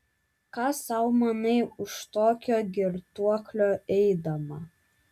ką sau manai už tokio girtuoklio eidama